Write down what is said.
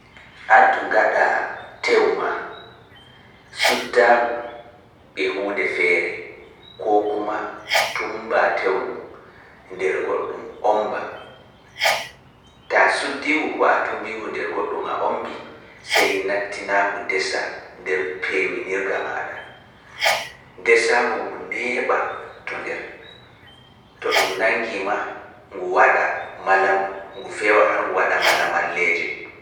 Artu ngaɗa tew maa suddaangu e huunde feere, koo kuma tumbaa tew ngun nder goɗɗum ndesaango ngu neeɓa to nder to ɗum nanngi ma ndesaa ngu har ngu waɗa malamalleeje